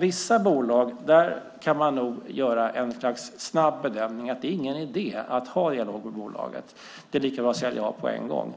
När det gäller vissa bolag kan man nog snabbt bedöma att det inte är någon idé att ha dialog med bolaget, att det är lika bra att sälja av på en gång.